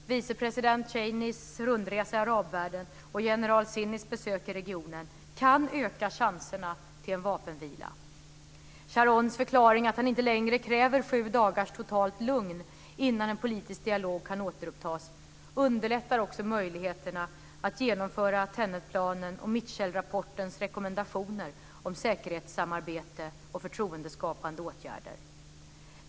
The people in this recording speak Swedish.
Vicepresident Cheneys rundresa i arabvärlden och general Zinnis besök i regionen kan öka chanserna till en vapenvila. Sharons förklaring att han inte längre kräver sju dagars totalt lugn innan en politisk dialog kan återupptas underlättar också möjligheterna att genomföra Tenetplanen och Mitchellrapportens rekommendationer om säkerhetssamarbete och förtroendeskapande åtgärder.